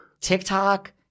TikTok